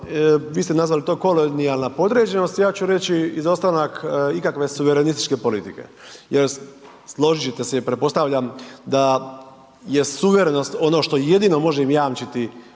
vi ste nazvali to kolonijalna podređenost, ja ću reći izostanak ikakve suverenističke politike jer složit ćete se i pretpostavljam da je suverenost ono što jedino može im jamčiti